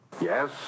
Yes